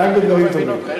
אני לא מבין אותך,